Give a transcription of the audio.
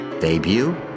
debut